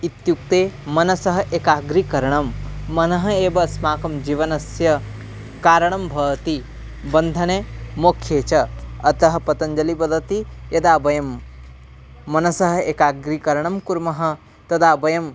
इत्युक्ते मनसः एकाग्रीकरणं मनः एव अस्माकं जीवनस्य कारणं भवति बन्धने मोक्षे च अतः पतञ्जलिः वदति यदा वयं मनसः एकाग्रीकरणं कुर्मः तदा वयम्